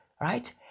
right